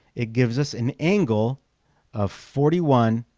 it gives us an angle of forty one